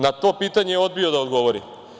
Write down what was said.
Na to pitanje je odbio da odgovori.